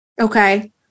Okay